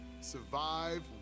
survive